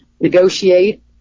negotiate